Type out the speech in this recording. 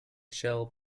shall